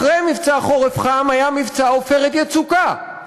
אחרי מבצע "חורף חם" היה מבצע "עופרת יצוקה",